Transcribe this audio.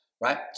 right